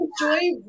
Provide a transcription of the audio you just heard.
enjoy